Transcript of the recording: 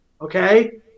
okay